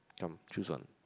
come choose one